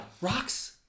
Rocks